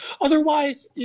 otherwise